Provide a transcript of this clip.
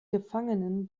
gefangenen